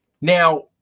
now